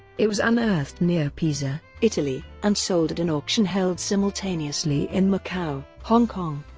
it was unearthed near pisa, italy, and sold at an auction held simultaneously in macau, hong kong,